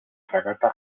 fragata